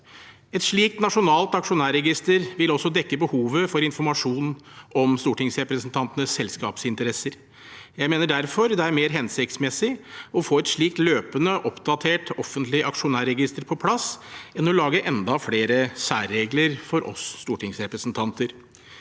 Et slikt nasjonalt aksjonærregister vil også dekke behovet for informasjon om stortingsrepresentantenes selskapsinteresser. Jeg mener derfor det er mer hensiktsmessig å få et slikt løpende oppdatert offentlig aksjonærregister på plass enn å lage enda flere særregler for oss stortingsrepresentanter.